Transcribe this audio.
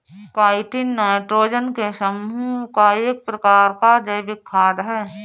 chitin nitrogen के समूह का एक प्रकार का जैविक खाद है